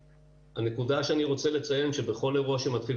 הנקודה שאני רוצה לציין שבכל אירוע שמתחיל,